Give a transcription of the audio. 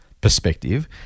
perspective